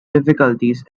difficulties